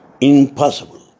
impossible